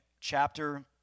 chapter